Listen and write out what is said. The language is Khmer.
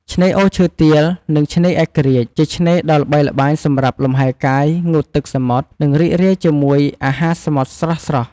ឆ្នេរអូរឈើទាល និងឆ្នេរឯករាជ្យ ជាឆ្នេរដ៏ល្បីល្បាញសម្រាប់លំហែកាយ ងូតទឹកសមុទ្រ និងរីករាយជាមួយអាហារសមុទ្រស្រស់ៗ។